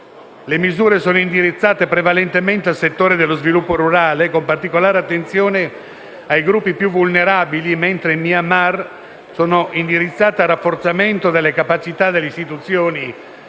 le misure sono indirizzate prevalentemente al settore dello sviluppo rurale, con particolare attenzione ai gruppi più vulnerabili, mentre in Myanmar al rafforzamento delle capacità delle istituzioni